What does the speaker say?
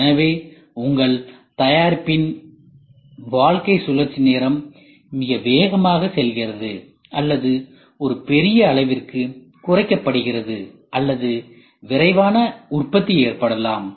எனவே உங்கள் தயாரிப்பின் வாழ்க்கை சுழற்சி நேரம் மிக வேகமாக செல்கிறது அல்லது அது ஒரு பெரிய அளவிற்கு குறைக்கப்படுகிறது அல்லது விரைவான உற்பத்தி ஏற்படலாம்